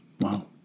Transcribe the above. Wow